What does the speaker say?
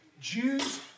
Jews